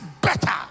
better